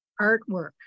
Artwork